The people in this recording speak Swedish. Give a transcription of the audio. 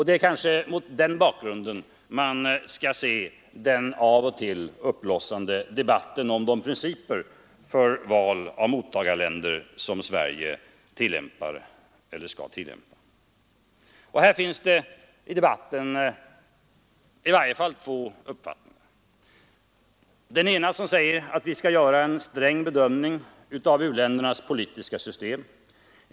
Det är mot den bakgrunden man skall se den av och till uppblossande debatten om de principer för val av mottagarländer som Sverige tillämpar eller skall tillämpa. Här finns det i debatten åtminstone två uppfattningar. Den ena säger att vi skall göra en sträng bedömning av ländernas politiska system.